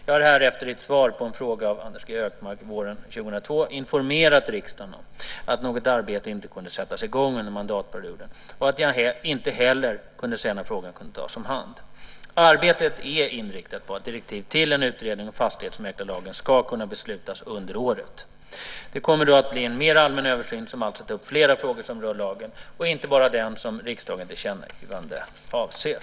Jag har härefter i ett svar på en fråga av Anders G Högmark våren 2002 informerat riksdagen om att något arbete inte kunde sättas i gång under mandatperioden och att jag inte heller kunde säga när frågan kunde tas om hand. Arbetet är inriktat på att direktiv till en utredning om fastighetsmäklarlagen ska kunna beslutas under året. Det kommer då att bli en mera allmän översyn, som alltså tar upp flera frågor som rör lagen och inte bara den som riksdagens tillkännagivande avser.